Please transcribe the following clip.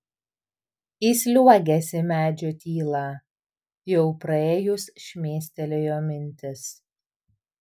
įsliuogęs į medžio tylą jau praėjus šmėstelėjo mintis